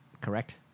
correct